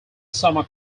summer